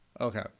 Okay